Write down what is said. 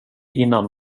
innan